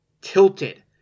tilted